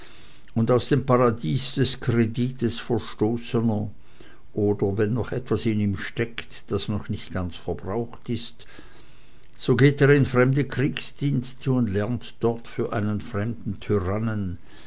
und aus dem paradies des kredites verstoßener oder wenn noch etwas in ihm steckt das noch nicht verbraucht ist so geht er in fremde kriegsdienste und lernt dort für einen fremden tyrannen